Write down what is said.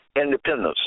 independence